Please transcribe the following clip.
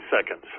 seconds